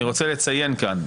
אני רוצה לציין כאן,